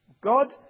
God